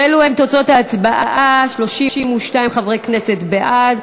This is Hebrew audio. ואלו הן תוצאות ההצבעה: 32 חברי כנסת בעד,